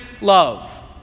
love